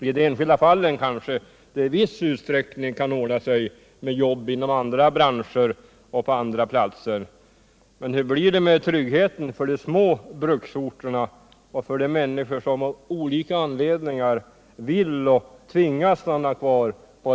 I de enskilda fallen kanske det i viss utstsräckning kan ordna sig med jobb inom andra branscher och på andra platser, men hur blir det med tryggheten för de små bruksorterna och för de människor som av olika anledningar vill och tvingas stanna kvar?